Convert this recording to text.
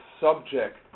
subject